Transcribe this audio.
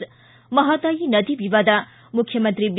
ಿ ಮಹದಾಯಿ ನದಿ ವಿವಾದ ಮುಖ್ಯಮಂತ್ರಿ ಬಿ